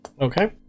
Okay